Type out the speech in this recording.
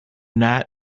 not